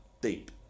deep